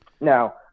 Now